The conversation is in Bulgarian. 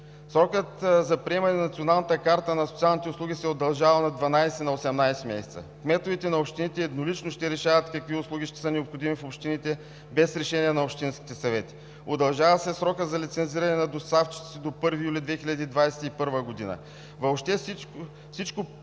Срокът за приемане на Националната карта на социалните услуги се удължава от 12 на 18 месеца. Кметовете на общините еднолично ще решават какви услуги ще са необходими в общините без решение на общинските съвети. Удължава се срокът за лицензиране на доставчиците до 1 юли 2021 г. Въобще всичко